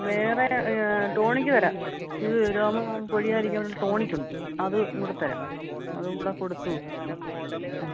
വേറെ ടോണിക്ക് തരാം ഇത് രോമം കൊഴിയാതിരിക്കാൻ വേണ്ടി ടോണിക്കുണ്ട് അത് കൂടെ തരാം അതും കൂടെ കൊടുത്തോ ആ ആ